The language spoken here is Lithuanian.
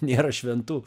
nėra šventų